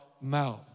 mouth